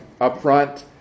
upfront